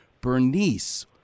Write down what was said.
Bernice